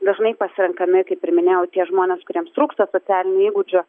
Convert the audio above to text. dažnai pasirenkami kaip ir minėjau tie žmonės kuriems trūksta socialinių įgūdžių